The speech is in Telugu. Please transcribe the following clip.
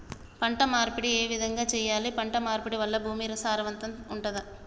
పంట మార్పిడి ఏ విధంగా చెయ్యాలి? పంట మార్పిడి వల్ల భూమి సారవంతంగా ఉంటదా?